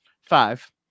five